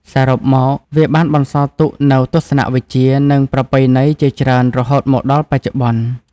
សរុបមក វាបានបន្សល់ទុកនូវទស្សនវិជ្ជា និងប្រពៃណីជាច្រើនរហូតមកដល់បច្ចុប្បន្ន។